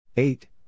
Eight